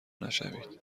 نشوید